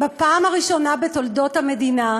בפעם הראשונה בתולדות המדינה,